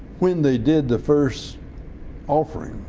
when they did the first offering,